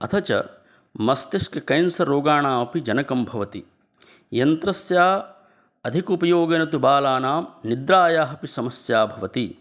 अथ च मस्तिष्क केन्सर् रोगाणामपि जनकं भवति यन्त्रस्य अधिकम् उपयोगेन तु बालानां निद्रायाः अपि समस्या भवति